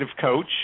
coach